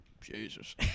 Jesus